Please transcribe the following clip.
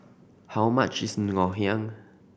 how much is Ngoh Hiang